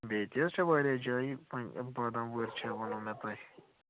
بیٚیہِ تہِ حظ چھِ واریاہ جایہِ بادام وٲرۍ چھِ ووٚنوٕ مےٚ تۄہہِ